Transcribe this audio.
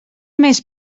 més